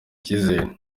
icyizere